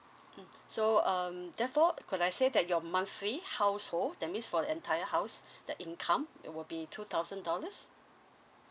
mm so um therefore could I say that your monthly household that means for the entire house the income it will be two thousand dollars